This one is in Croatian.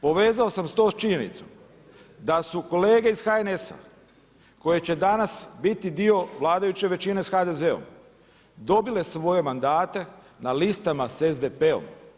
Povezao sam to s činjenicom da su kolege iz HNS-a koje će danas biti dio vladajuće većine sa HDZ-om dobile svoje mandate na listama sa SDP-om.